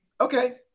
Okay